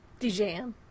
DJM